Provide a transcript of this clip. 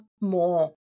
more